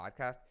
podcast